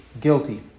guilty